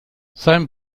sein